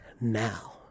now